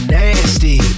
nasty